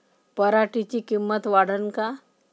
पराटीची किंमत वाढन का?